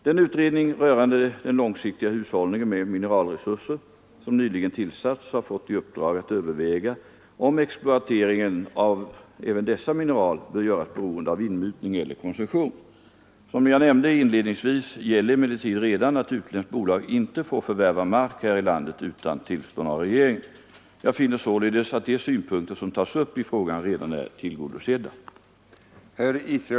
Den utredning rörande den långsiktiga hushållningen med mineralresurserna som nyligen tillsatts har fått i uppdrag att överväga om exploateringen av även dessa mineral bör göras beroende av inmutning eller koncession. Som jag nämnde inledningsvis gäller emellertid redan att utländskt bolag inte får förvärva mark här i landet utan tillstånd av regeringen. Jag finner således att de synpunkter som tas upp i frågan redan är tillgodosedda.